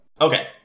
Okay